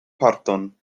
parton